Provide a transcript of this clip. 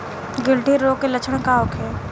गिल्टी रोग के लक्षण का होखे?